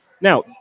now